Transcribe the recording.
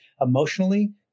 emotionally